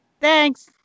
Thanks